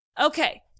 Okay